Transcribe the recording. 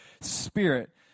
spirit